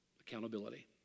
Accountability